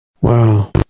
Wow